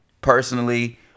Personally